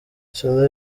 salah